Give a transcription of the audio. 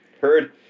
Heard